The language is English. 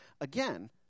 again